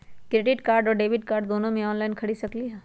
Credit card और debit card दोनों से ऑनलाइन खरीद सकली ह?